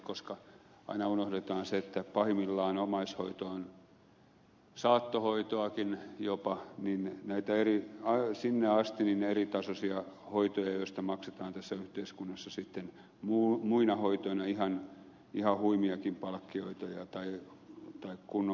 koska aina unohdetaan se että pahimmillaan omaishoito on saattohoitoakin jopa sinne asti eritasoisia hoitoja joista maksetaan tässä yhteiskunnassa sitten muina hoitoina ihan huimiakin palkkioita tai kunnon palkkaa